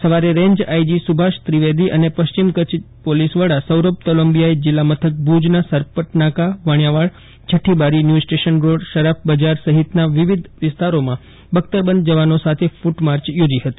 સવારે range IG Subhash Trivedi અને પશ્ચિમ કચ્છ પોલીસવડા સૌરભ તોલંબીયાએ જીલ્લા મથક ભુજના સરપટ નાકા વાણીયાવાડ છઠ્ઠીબારી ન્યુસ્ટેશન રોડ શરાફ બજાર સહિતના વિવિધ વિસ્તારોમાં બખ્તરબંધ જવાનો સાથે ફટ માર્ચ યોજી હતી